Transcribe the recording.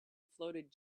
floated